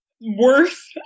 worth